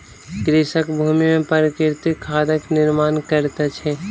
कृषक भूमि में प्राकृतिक खादक निर्माण करैत अछि